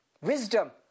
wisdom